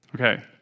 Okay